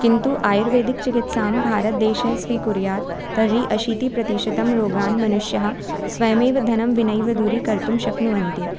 किन्तु आयुर्वेदिकचिकित्सां भारतदेशः स्वीकुर्यात् तर्हि अशीतिप्रतिशतं रोगान् मनुष्याः स्वयमेव धनं विनैव दूरीकर्तुं शक्नुवन्ति